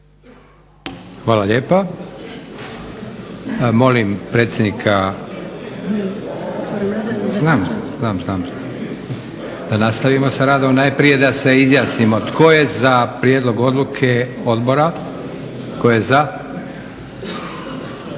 Hvala lijepa. Da nastavimo sa radom. Najprije da se izjasnimo tko je za prijedlog odluke odbora. Tko je za?